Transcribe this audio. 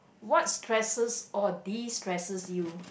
what stresses or destresses you